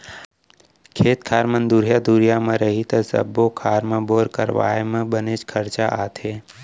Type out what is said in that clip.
खेत खार मन दुरिहा दुरिहा म रही त सब्बो खार म बोर करवाए म बनेच खरचा आथे